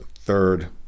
third